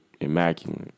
immaculate